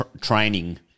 training